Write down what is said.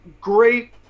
great